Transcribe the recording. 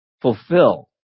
Fulfill